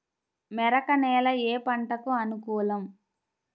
మెరక నేల ఏ పంటకు అనుకూలం?